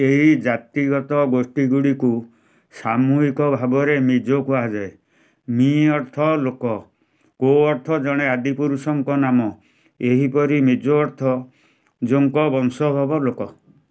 ଏହି ଜାତିଗତ ଗୋଷ୍ଠୀଗୁଡ଼ିକୁ ସାମୂହିକ ଭାବରେ ମିଜୋ କୁହାଯାଏ ମି ଅର୍ଥ ଲୋକ କୋ ଅର୍ଥ ଜଣେ ଆଦିପୁରୁଷଙ୍କ ନାମ ଏହିପରି ମିଜୋ ଅର୍ଥ ଜୋଙ୍କ ବଂଶୋଦ୍ଭବ ଲୋକ